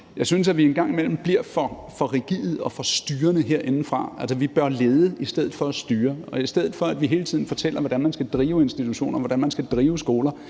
synes jeg, at vi en gang imellem bliver for rigide og for styrende herindefra. Vi bør lede i stedet for at styre det. Og i stedet for at vi hele tiden fortæller, hvordan man skal drive institutioner, hvordan